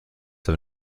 have